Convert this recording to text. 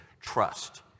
trust